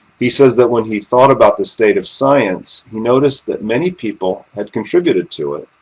he says that when he thought about the state of science, he noticed that many people had contributed to it,